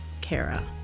Kara